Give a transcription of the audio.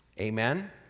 amen